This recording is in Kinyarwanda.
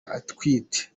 atwite